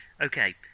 Okay